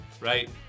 right